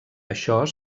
això